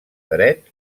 dret